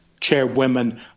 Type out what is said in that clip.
chairwomen